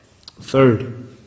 Third